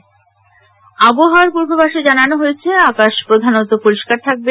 আবহাওয়া আবহাওয়ার পূর্বাভাসে জানানো হয়েছে আকাশ প্রধানত পরিষ্কার থাকবে